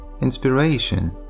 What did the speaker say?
inspiration